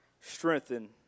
Strengthen